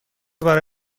برای